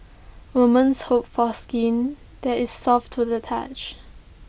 woman's hope for skin that is soft to the touch